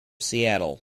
seattle